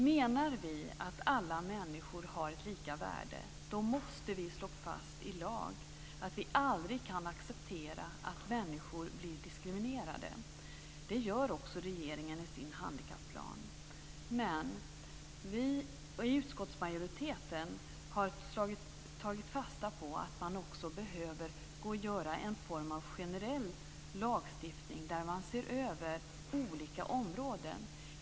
Menar vi att alla människor har ett lika värde måste vi i lag slå fast att vi aldrig kan acceptera att människor blir diskriminerade. Det är vad regeringen i sin handikapplan gör men utskottsmajoriteten har tagit fasta på att man också behöver göra en form av generell lagstiftning där olika områden ses över.